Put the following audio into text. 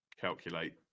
calculate